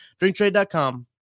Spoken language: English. drinktrade.com